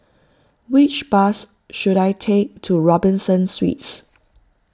which bus should I take to Robinson Suites